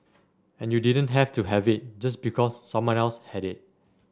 and you didn't have to have it just because someone else had it